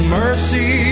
mercy